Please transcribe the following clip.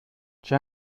c’è